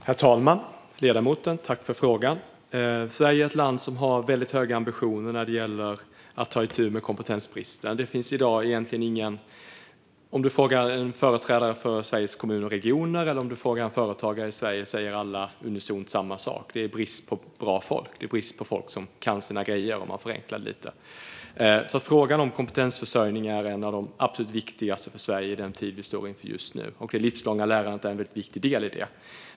Herr talman! Tack, ledamoten, för frågan! Sverige är ett land som har väldigt höga ambitioner när det gäller att ta itu med kompetensbristen. Antingen man frågar företrädare för Sveriges Kommuner och Regioner eller företagare i Sverige svarar de unisont samma sak: Det är brist på bra folk. Det är brist på folk som kan sina grejer, om man förenklar lite. Frågan om kompetensförsörjning är en av de absolut viktigaste frågorna för Sverige i den tid vi står inför just nu. Det livslånga lärandet är en väldigt viktig del i detta.